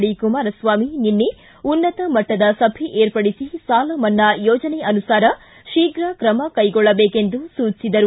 D Kumaraswamy ನಿನ್ನೆ ಉನ್ನತ ಮಟ್ಟದ ಸಭೆ ಏರ್ಪಡಿಸಿ ಸಾಲ ಮನ್ನಾ ಯೋಜನೆಯನುಸಾರ ಶೀಘ್ರ ಕ್ರಮ ಕೈಗೊಳ್ಳಬೇಕೆಂದು ಸೂಚಿಸಿದರು